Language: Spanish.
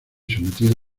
sometido